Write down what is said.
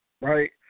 right